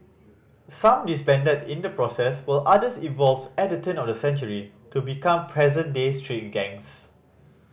some disbanded in the process while others evolved at the turn of the century to become present day street gangs